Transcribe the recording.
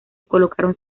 colocaron